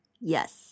Yes